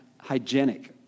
hygienic